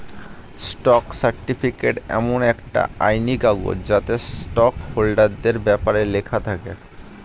stock certificate এমন একটা আইনি কাগজ যাতে স্টক হোল্ডারদের ব্যপারে লেখা থাকে